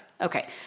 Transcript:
Okay